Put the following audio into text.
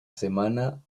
semana